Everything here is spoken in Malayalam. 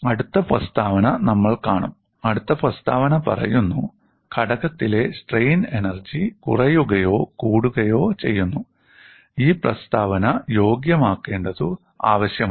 അടുത്ത പ്രസ്താവന നമ്മൾ കാണും അടുത്ത പ്രസ്താവന പറയുന്നു ഘടകത്തിലെ സ്ട്രെയിൻ എനർജി കുറയുകയോ കൂടുകയോ ചെയ്യുന്നു ഈ പ്രസ്താവന യോഗ്യമാക്കേണ്ടതു ആവശ്യമാണ്